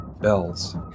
bells